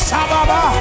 Sababa